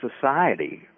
society